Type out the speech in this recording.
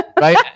Right